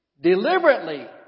deliberately